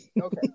Okay